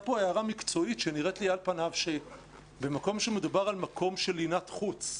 פה הערה מקצועית שנראית לי על פניו שבמקום שמדובר על מקום של לינת חוץ,